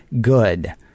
good